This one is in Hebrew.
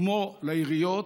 כמו לעיריות,